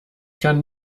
kann